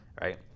right